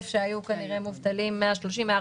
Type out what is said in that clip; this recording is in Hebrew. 140,000 שהיו מובטלים לפני המשבר.